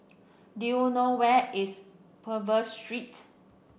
do you know where is Purvis Street